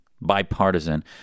bipartisan